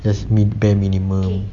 just need bare minimal